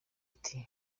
ati